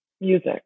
music